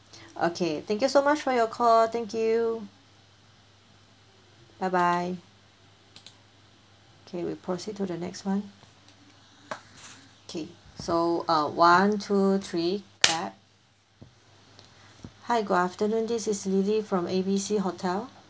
okay thank you so much for your call thank you bye bye okay we proceed to the next [one] okay so uh one two three clap hi good afternoon this is lily from A B C hotel